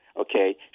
okay